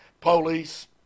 police